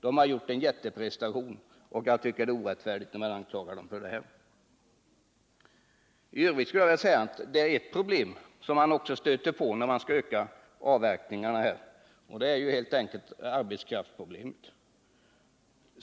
De har gjort en mycket stor prestation, och jag tycker att det är orättfärdigt när man anklagar dem för bristande ansvar. Ett problem som man också stöter på när avverkningarna skall öka är bristen på arbetskraft.